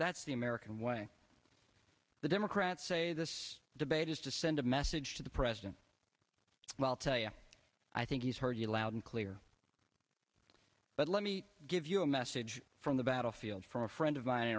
that's the american way the democrats say this debate is to send a message to the president and i'll tell you i think he's heard you loud and clear but let me give you a message from the battlefield from a friend of mine in